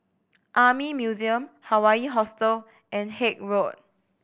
Army Museum Hawaii Hostel and Haig Road